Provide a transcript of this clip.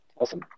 awesome